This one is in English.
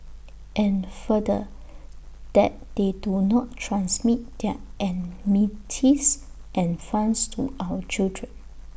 and further that they do not transmit their enmities and funds to our children